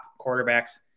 quarterbacks